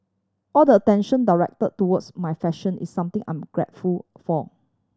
all the attention direct towards my fashion is something I'm grateful for